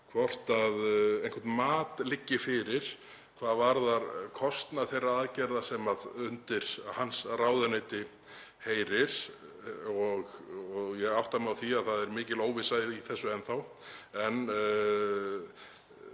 hvort eitthvert mat liggi fyrir hvað varðar kostnað þeirra aðgerða sem undir hans ráðuneyti heyra. Ég átta mig á því að það er mikil óvissa í þessu enn þá